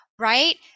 Right